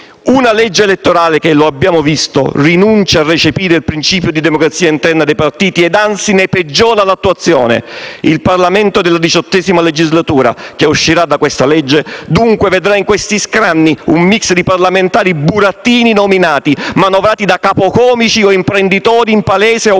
di legge in elettorale che - lo abbiamo visto - rinuncia a recepire il principio di democrazia interna dei partiti e, anzi, ne peggiora l'attuazione. Il Parlamento della XVIII legislatura che uscirà da questa legge vedrà dunque, in questi scranni un *mix* di parlamentari burattini nominati, manovrati da capocomici o imprenditori in palese o